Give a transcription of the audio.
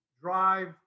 drive